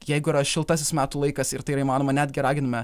jeigu yra šiltasis metų laikas ir tai yra įmanoma netgi raginame